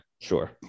Sure